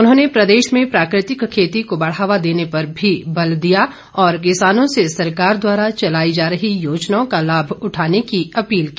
उन्होंने प्रदेश में प्राकृतिक खेती को बढ़ावा देने पर भी बल दिया और किसानों से सरकार द्वारा चलाई जा रही योजनाओं का लाभ उठाने की अपील की